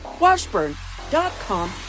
washburn.com